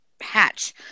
hatch